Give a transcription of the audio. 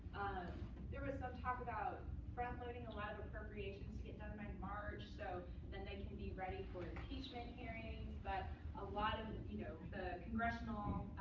there was some talk about front-loading a lot of appropriations to get done by march, so then they can be ready for impeachment hearings. but a lot of you know the congressional